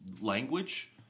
language